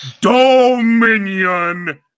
Dominion